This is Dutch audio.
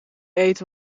eten